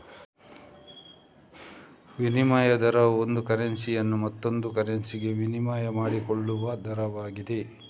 ವಿನಿಮಯ ದರವು ಒಂದು ಕರೆನ್ಸಿಯನ್ನು ಮತ್ತೊಂದು ಕರೆನ್ಸಿಗೆ ವಿನಿಮಯ ಮಾಡಿಕೊಳ್ಳುವ ದರವಾಗಿದೆ